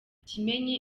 kimenyi